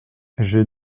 j’ai